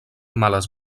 males